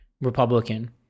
Republican